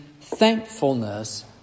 thankfulness